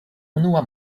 unua